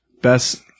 Best